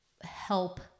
help